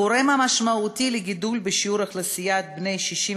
הגורם המשמעותי לגידול בשיעור אוכלוסיית בני 65